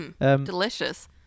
Delicious